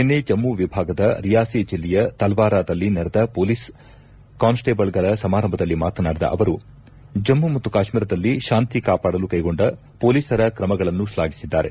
ನಿನ್ನೆ ಜಮ್ಮ ವಿಭಾಗದ ರಿಯಾಸಿ ಜಿಲ್ಲೆಯ ತಲ್ವಾರಾದಲ್ಲಿ ನಡೆದ ರಾಜ್ಯ ಪೊಲೀಸ್ ಕಾನ್ ಸ್ವೇಬಲ್ ಗಳ ಸಮಾರಂಭದಲ್ಲಿ ಮಾತನಾಡಿದ ಅವರು ಜಮ್ಮ ಮತ್ತು ಕಾಶ್ಮೀರದಲ್ಲಿ ಶಾಂತಿ ಕಾಪಾಡಲು ಕೈಗೊಂಡ ಪೊಲೀಸರ ಕ್ರಮಗಳನ್ನು ಶ್ಲಾಭಿಸಿದ್ದಾರೆ